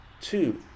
two